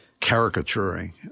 caricaturing